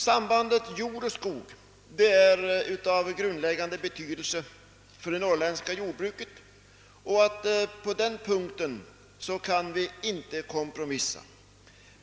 Sambandet mellan jord och skog är av grundläggande betydelse för det norrländska jordbruket, och på den punkten kan vi inte kompromissa.